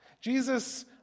Jesus